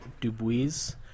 dubuis